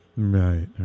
Right